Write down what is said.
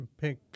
pick